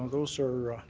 um those are